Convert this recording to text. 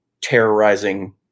terrorizing